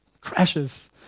crashes